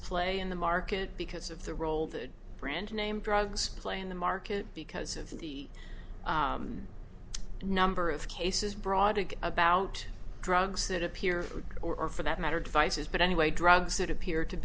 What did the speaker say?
play in the market because of the role the brand name drugs play in the market because of the number of cases brought it about drugs that appear or for that matter devices but anyway drugs that appear to